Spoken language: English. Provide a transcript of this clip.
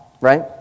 right